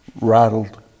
rattled